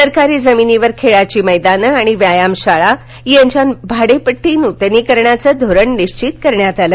सरकारी जमिनीवर खेळाची मैदान आणि व्यायाम शाळा यांच्या भाडेपट्टी नूतनीकरणाचं धोरण निश्वित करण्यात आलं